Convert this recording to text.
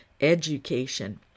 education